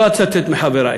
לא אצטט מחברי.